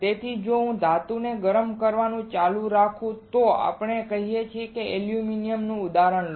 તેથી જો હું ધાતુને ગરમ કરવાનું ચાલુ રાખું તો ચાલો આપણે કહીએ કે એલ્યુમિનિયમનું ઉદાહરણ લો